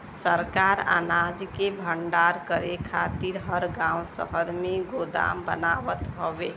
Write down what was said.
सरकार अनाज के भण्डारण करे खातिर हर गांव शहर में गोदाम बनावत हउवे